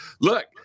look